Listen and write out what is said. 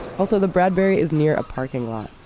also the bradbury is near a parking lot,